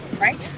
Right